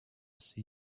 see